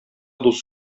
дус